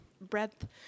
breadth